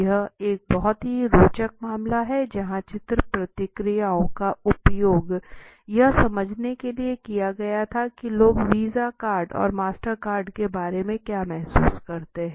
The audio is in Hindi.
यह एक बहुत ही रोचक मामला है जहां चित्र प्रतिक्रियाओं का उपयोग यह समझने के लिए किया गया था कि लोग वीज़ा कार्ड और मास्टरकार्ड के बारे में क्या महसूस करते हैं